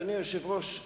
אדוני היושב-ראש,